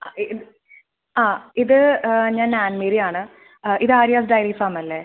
ആ ഇത് ആ ഇത് ഞാൻ ആൻമേരിയാണ് ഇത് ആര്യാസ് ഡയറി ഫാം അല്ലേ